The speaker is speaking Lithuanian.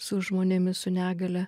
su žmonėmis su negalia